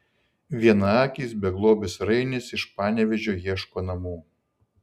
vienaakis beglobis rainis iš panevėžio ieško namų